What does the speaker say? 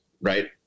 right